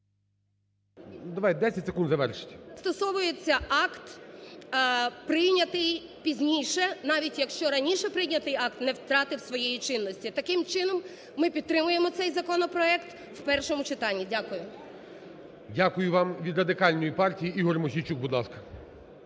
Дякую вам. Від Радикальної партії Ігор Мосійчук, будь ласка.